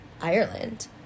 Ireland